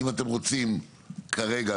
האם אתם רוצים כרגע,